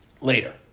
Later